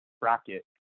bracket